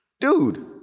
Dude